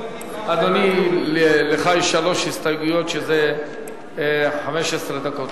אדוני, לך יש שלוש הסתייגויות, שזה 15 דקות.